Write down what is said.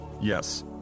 Yes